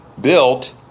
built